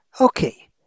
Okay